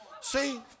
see